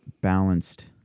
balanced